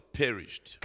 perished